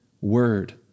word